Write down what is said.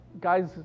guys